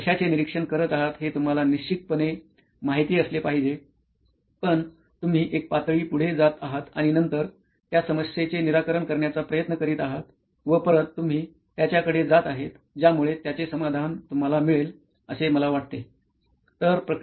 तुम्ही कशाचे निरीक्षण करत आहात हे तुम्हाला निश्चितपणे माहिती असले पाहिजे पण तुम्ही एक पातळी पुढे जात आहात आणि नंतर त्या समस्येचे निराकरण करण्याचा प्रयत्न करीत आहात व परत तुम्ही त्याच्याकडे जात आहेत ज्यामुळे त्याचे समाधान तुम्हाला मिळेल असे मला वाटते